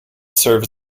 serves